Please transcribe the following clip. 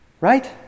right